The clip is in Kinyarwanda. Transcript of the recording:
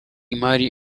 imali